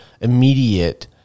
immediate